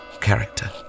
character